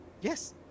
Yes